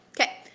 Okay